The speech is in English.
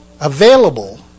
available